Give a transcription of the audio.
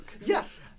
Yes